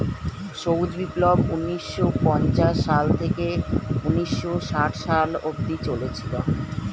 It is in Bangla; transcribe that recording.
সবুজ বিপ্লব ঊন্নিশো পঞ্চাশ সাল থেকে ঊন্নিশো ষাট সালে অব্দি চলেছিল